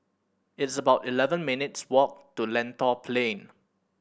it's about eleven minutes' walk to Lentor Plain